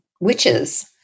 witches